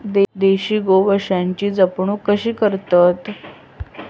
देशी गोवंशाची जपणूक कशी करतत?